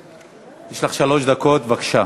יש לך שלוש דקות, בבקשה.